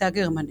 הייתה גרמנית,